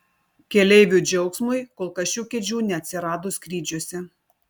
keleivių džiaugsmui kol kas šių kėdžių neatsirado skrydžiuose